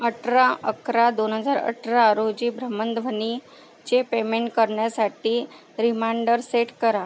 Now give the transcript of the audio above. अठरा अकरा दोन हजार अठरा रोजी भ्रमणध्वनीचे पेमेंट करण्यासाठी रिमांडर सेट करा